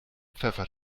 pfeffer